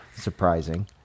surprising